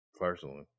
Personally